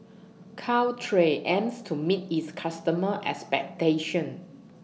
Caltrate aims to meet its customers' expectations